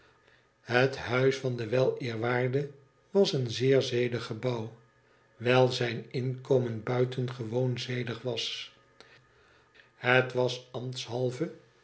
het huis van den weleerwaarde was een zeer zedig gebouw wijl zijn inkomen buitengewoon zedig was hij was